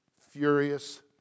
furious